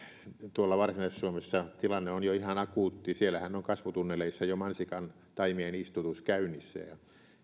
tuolla varsinais suomessa tilanne on jo ihan akuutti siellähän on kasvutunneleissa jo mansikantaimien istutus käynnissä ja